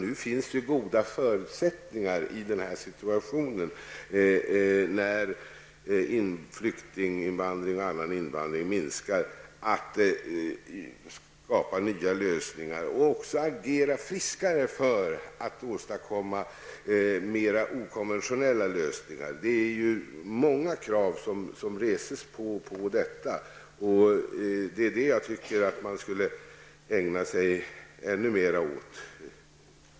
Nu när flyktinginvandringen och annan invandring minskar finns det goda förutsättningar att skapa nya lösningar och också att agera friskare för att åstakomma mer okonventionella lösningar. Det är ju många krav som reses på detta. Jag tycker att man skulle ägna sig ännu mer åt detta.